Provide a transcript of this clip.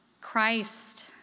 Christ